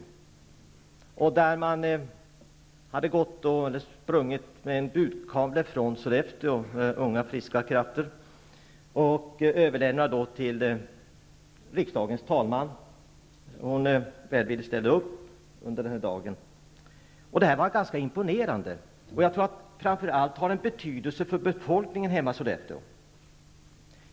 Unga friska krafter hade sprungit med en budkavle från Sollefteå som överlämnades till riksdagens talman, som välvilligt ställde upp under denna dag. Det här var imponerande, och jag tror att det framför allt hade en betydelse för befolkningen hemma i Sollefteå.